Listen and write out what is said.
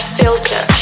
filter